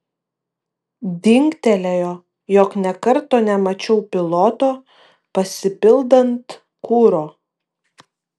dingtelėjo jog nė karto nemačiau piloto pasipildant kuro